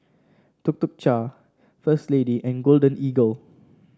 Tuk Tuk Cha First Lady and Golden Eagle